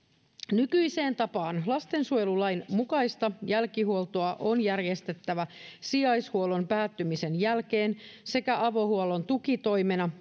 nykyiseen tapaan lastensuojelulain mukaista jälkihuoltoa on järjestettävä sijaishuollon päättymisen jälkeen sekä avohuollon tukitoimena